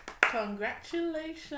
Congratulations